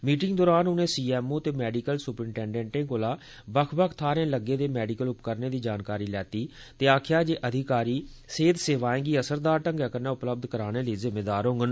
meeting दरान उनें CMO ते मेडिकल सुप्रीडैंटेंटें कोला बक्ख बक्ख थाहरें लग्गे दे मेडिकल उपकरणें दी जानकारी लैती ते आकखेआ जे अधिकारी सेह्त सेवाएं दी असरदार एंगै कन्नै उपलब्ध कराने लेई जिम्मेवार होंगन